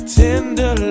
tender